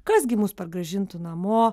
kas gi mus pargrąžintų namo